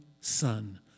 son